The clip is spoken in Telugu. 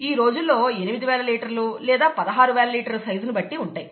ఈ రోజుల్లో ఎనిమిది వేల లీటర్లు లేదా 16 వేల లీటర్లు సైజును బట్టి ఉంటాయి